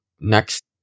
next